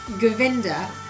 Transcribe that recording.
Govinda